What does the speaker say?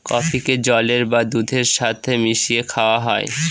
কফিকে জলের বা দুধের সাথে মিশিয়ে খাওয়া হয়